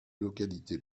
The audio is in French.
localités